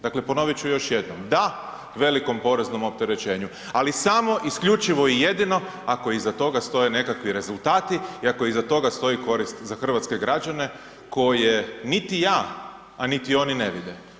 Dakle ponoviti ću još jedno, da, velikom poreznom opterećenju ali samo isključivo i jedino ako iza toga stoje nekakvi rezultati i ako iza toga stoji korist za hrvatske građane koje niti ja a niti oni ne vide.